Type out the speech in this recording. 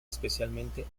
especialmente